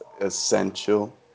essential